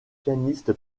pianiste